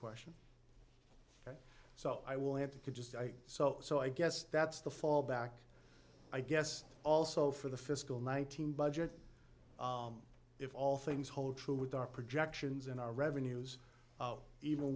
question so i will have to can just so so i guess that's the fallback i guess also for the fiscal nineteen budget if all things hold true with our projections and our revenues even